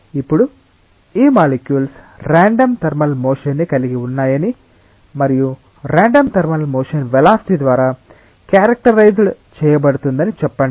ఇప్పుడు ఈ molecules random thermal motion ని కలిగి ఉన్నాయని మరియు ర్యాండం థర్మల్ మోషన్ వెలాసిటి ద్వారా క్యారక్టరైజ్డడ్ చేయబడుతుందని చెప్పండి